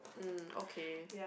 mm okay